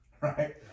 right